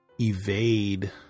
evade